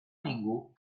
ningú